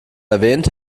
erwähnt